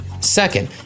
Second